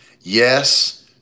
Yes